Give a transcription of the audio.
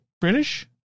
British